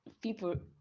People